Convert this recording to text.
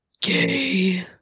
Gay